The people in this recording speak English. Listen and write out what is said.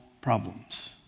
problems